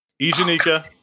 Ijanika